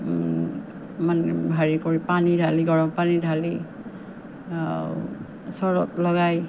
মানে হেৰি কৰি পানী ঢালি গৰম পানী ঢালি চোৰাত লগাই